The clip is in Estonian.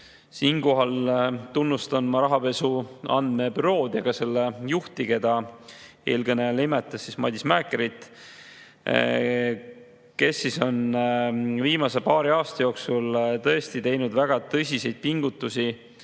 Siinkohal tunnustan ma Rahapesu Andmebürood ja selle juhti, keda eelkõneleja nimetas, Matis Mäekerit, kes on viimase paari aasta jooksul tõesti teinud väga tõsiseid pingutusi,